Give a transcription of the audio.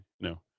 No